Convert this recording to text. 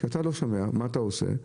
כשאתה לא שומע, מה אתה עושה?